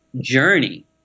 journey